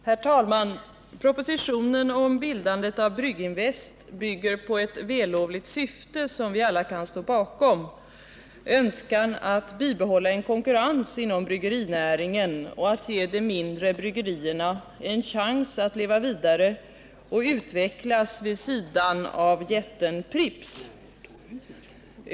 Herr talman! Propositionen om bildandet av Brygginvest bygger på ett vällovligt syfte som vi alla kan stå bakom: önskan att bibehålla en konkurrens inom bryggerinäringen och att ge de mindre bryggerierna en chans att leva vidare och utvecklas vid sidan av jätten Pripps.